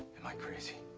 am i crazy?